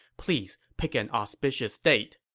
please pick an auspicious date.